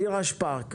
נירה שפק,